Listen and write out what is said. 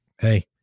hey